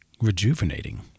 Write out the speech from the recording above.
rejuvenating